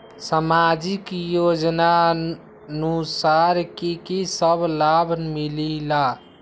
समाजिक योजनानुसार कि कि सब लाब मिलीला?